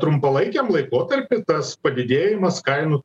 trumpalaikiam laikotarpy tas padidėjimas kainų